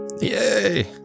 Yay